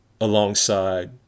alongside